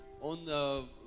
on